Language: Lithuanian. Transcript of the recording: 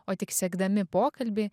o tik sekdami pokalbį